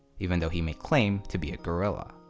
even though he may claim to be a gorilla.